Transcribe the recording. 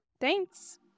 Thanks